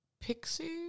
Pixie